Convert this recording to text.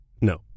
No